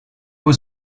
were